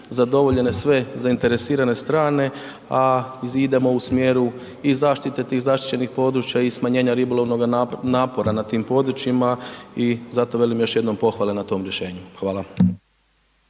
zadovoljene sve zainteresirane strane a i idemo u smjeru i zaštite tih zaštićenih područja i smanjenja ribolovnoga napora na tim područjima. I zato velim još jednom pohvale na tom rješenju. Hvala.